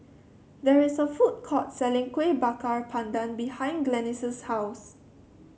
there is a food court selling Kueh Bakar Pandan behind Glennis' house